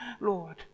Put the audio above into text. Lord